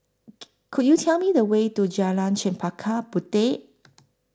Could YOU Tell Me The Way to Jalan Chempaka Puteh